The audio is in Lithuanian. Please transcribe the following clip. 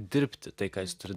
dirbti tai ką jis turi